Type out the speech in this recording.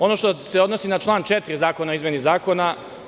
Ono što se odnosi na član 4 zakona o izmeni zakona…